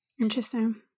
Interesting